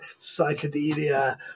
psychedelia